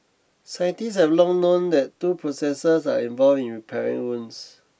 scientists have long known that two processes are involved in repairing wounds